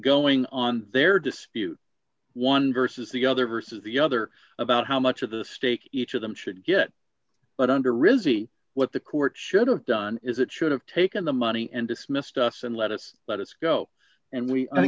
going on their dispute one versus the other versus the other about how much of the stake each of them should get but under rizzi what the court should have done is it should have taken the money and dismissed us and let us let us go and we